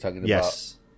Yes